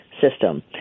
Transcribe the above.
system